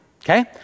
okay